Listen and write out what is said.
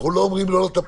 אנחנו לא אומרים לא לטפל,